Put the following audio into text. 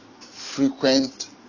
frequent